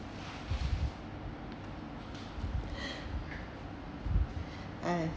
uh